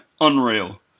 unreal